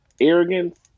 arrogance